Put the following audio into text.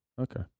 Okay